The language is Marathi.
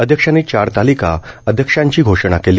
अध्यक्षांनी चार तालिका अध्यक्षांची घोषणा केली